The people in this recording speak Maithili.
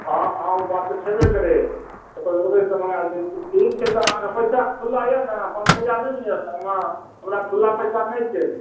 हँ हँ ओ बात तऽ छेबै करै ठीक छै तऽ अहाँकेँ पैसा खुला यए ने पन सौइआ नहि यए ने सङ्गमे हमरा खुला पैसा नहि छै